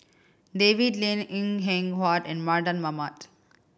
David Lim Png Eng Huat and Mardan Mamat